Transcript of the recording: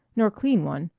nor clean one,